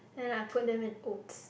then I put them in oats